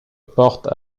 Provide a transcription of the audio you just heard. porte